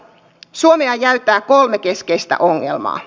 suomea jäytää kolme keskeistä ongelmaa